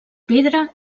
pedra